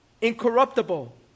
incorruptible